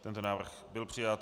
Tento návrh byl přijat.